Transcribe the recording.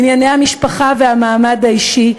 ענייני המשפחה והמעמד האישי,